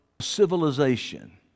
civilization